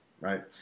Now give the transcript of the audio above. right